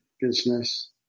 business